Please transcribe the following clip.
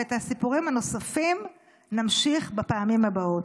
ואת הסיפורים הנוספים נמשיך בפעמים הבאות.